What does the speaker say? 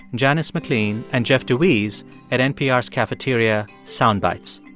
and janis mclean and jeff deweys at npr's cafeteria, sound bites.